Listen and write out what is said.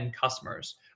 customers